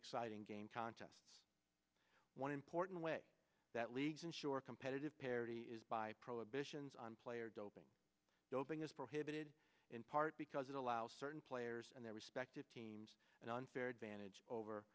exciting game contests one important way that leagues ensure competitive parity is by prohibitions on player doping doping is prohibited in part doesn't allow certain players and their respective teams and unfair advantage over